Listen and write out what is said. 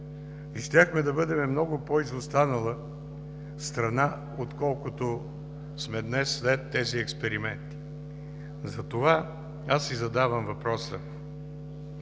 да бъдем много по-изостанала страна, отколкото сме днес след тези експерименти. Затова си задавам въпроса: